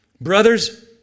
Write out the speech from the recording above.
Brothers